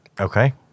Okay